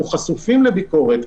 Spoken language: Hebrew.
אנחנו חשופים לביקורת,